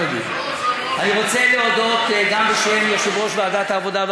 אני רוצה להודות גם בשם יושב-ראש ועדת העבודה,